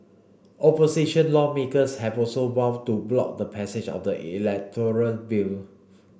opposition lawmakers have also vowed to block the passage of the electoral bill